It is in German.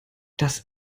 das